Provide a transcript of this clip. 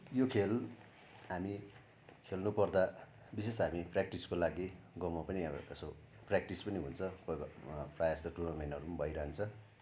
यो खेल हामी खेल्नुपर्दा विशेष हामी प्रेक्टिसको लागि गाउँमा पनि यसो प्रेक्टिस पनि हुन्छ कोही बेला प्राय जस्तो टुर्नामेन्टहरू पनि भइरहन्छ